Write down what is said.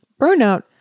burnout